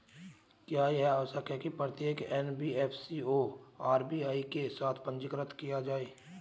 क्या यह आवश्यक है कि प्रत्येक एन.बी.एफ.सी को आर.बी.आई के साथ पंजीकृत किया जाए?